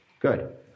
Good